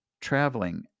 traveling